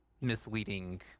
misleading